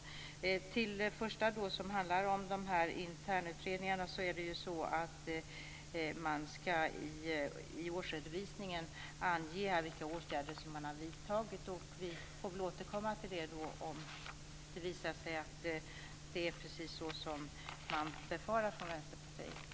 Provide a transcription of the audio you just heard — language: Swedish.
Vad gäller det första som handlar om internutredningar så ska man i årsredovisningen ange vilka åtgärder som man har vidtagit, och vi får väl återkomma till det om det visar sig att det är precis så som man befarar från Vänsterpartiet.